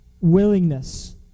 willingness